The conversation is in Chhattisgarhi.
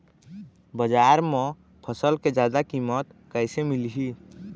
बजार म फसल के जादा कीमत कैसे मिलही?